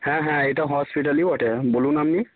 হ্যাঁ হ্যাঁ এটা হসপিটালই বটে বলুন আপনি